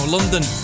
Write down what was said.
London